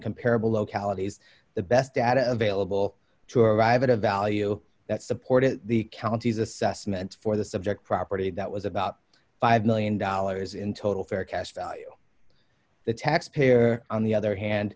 comparable localities the best data available to arrive at a value that supported the county's assessment for the subject property that was about five million dollars in total farecast value the taxpayer on the other hand